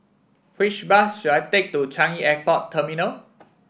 which bus should I take to Changi Airport Terminal